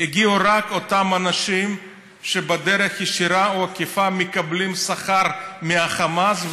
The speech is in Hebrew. הגיעו רק אותם אנשים שבדרך ישירה או עקיפה מקבלים שכר מהחמאס,